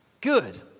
Good